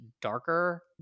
darker